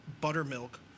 buttermilk